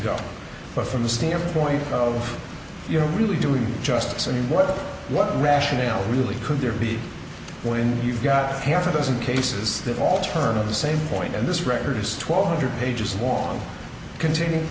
go but from the standpoint of you know really doing justice in what what rationale really could there be when you've got half a dozen cases that all turned on the same point and this record is twelve hundred pages long containing